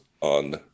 on